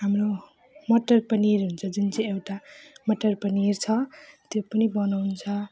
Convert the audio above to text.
हाम्रो मटर पनिर हुन्छ जुन चाहिँ एउटा मटर पनिर छ त्यो पनि बनाउँछ